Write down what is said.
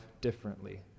differently